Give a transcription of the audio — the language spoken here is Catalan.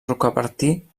rocabertí